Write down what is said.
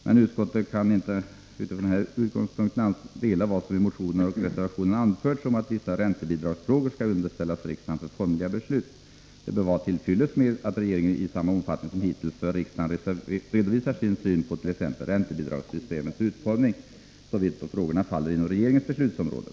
Men utskottet kan inte utifrån denna utgångspunkt instämma i vad som i motionen och reservationen anförts om att vissa räntebidragsfrågor skall underställas riksdagen för formliga beslut. Det bör vara till fyllest att regeringen i samma omfattning som hittills för riksdagen redovisar sin syn på t.ex. räntebidragssystemets utformning, såvitt frågorna faller inom regeringens beslutsområde.